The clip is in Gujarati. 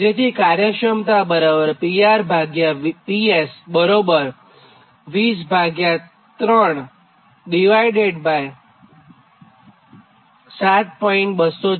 જેથી કાર્યક્ષમતા બરાબર PRPS 2037